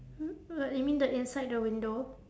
hmm what you mean the inside the window